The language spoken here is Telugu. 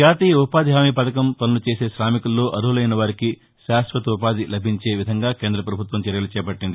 జాతీయ ఉపాధి హామీ పథకం పనులు చేసే కామికుల్లో అర్మలైన వారికి శాశ్వత ఉపాధి లభించే విధంగాకేంద్రపభుత్వం చర్యలు చేపట్టింది